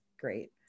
great